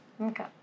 Okay